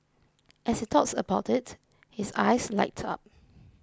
as he talks about it his eyes light up